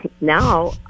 now